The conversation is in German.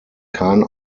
kein